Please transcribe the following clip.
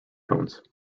cones